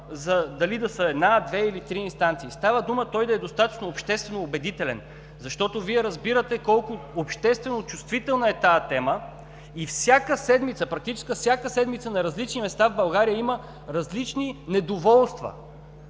дума дали да са една, две, или три инстанциите, а става дума той да е достатъчно обществено убедителен. Вие разбирате колко обществено чувствителна е тази тема и практически всяка седмица на различни места в България има различни недоволства,